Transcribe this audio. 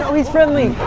he's friendly!